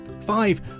Five